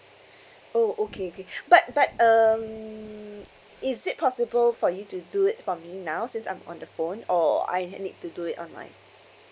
oh okay K but but um is it possible for you to do it for me now since I'm on the phone or I ha~ need to do it online